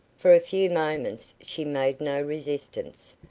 for a few moments she made no resistance,